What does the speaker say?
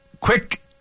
Quick